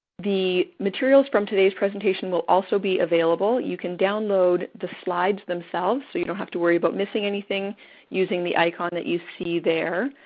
the materials from today's presentation will also be available. you can download the slides themselves. so, you don't have to worry about missing anything using the icon that you see there.